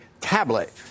tablet